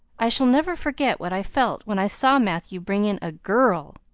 i shall never forget what i felt when i saw matthew bringing in a girl.